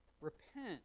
repent